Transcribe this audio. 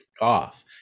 off